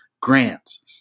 grants